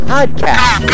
Podcast